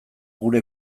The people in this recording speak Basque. gure